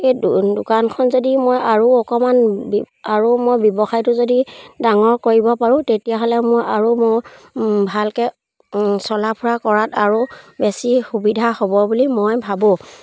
এই দোকানখন যদি মই আৰু অকণমান আৰু মই ব্যৱসায়টো যদি ডাঙৰ কৰিব পাৰোঁ তেতিয়াহ'লে মই আৰু মোৰ ভালকৈ চলা ফুৰা কৰাত আৰু বেছি সুবিধা হ'ব বুলি মই ভাবোঁ